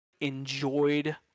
enjoyed